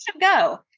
go